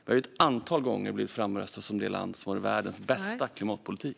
Vi har ett antal gånger blivit framröstade som det land som har världens bästa klimatpolitik.